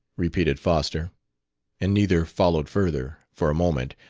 repeated foster and neither followed further, for a moment,